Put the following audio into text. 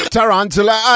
Tarantula